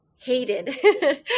hated